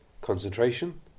concentration